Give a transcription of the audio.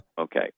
Okay